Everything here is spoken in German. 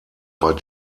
war